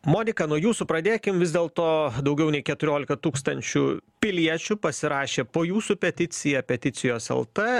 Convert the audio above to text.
monika nuo jūsų pradėkim vis dėlto daugiau nei keturiolika tūkstančių piliečių pasirašė po jūsų peticija peticijos lt